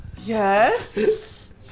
Yes